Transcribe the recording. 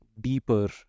deeper